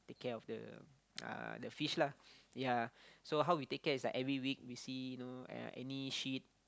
take care of the uh the fish lah ya so how we take care is like every week we see you know uh any shit